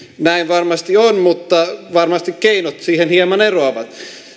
näin varmasti on mutta varmasti keinot siihen hieman eroavat